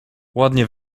ładnie